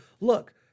Look